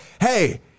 hey